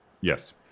Yes